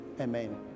Amen